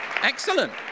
Excellent